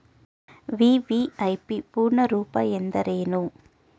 VVIP ಪೂರ್ಣ ರೂಪ ಎಂದರೇನು?